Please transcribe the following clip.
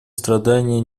страдания